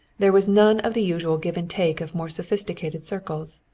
there was none of the usual give and take of more sophisticated circles.